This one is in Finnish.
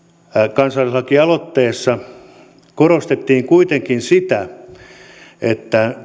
kansalaisaloitteessa korostettiin kuitenkin sitä että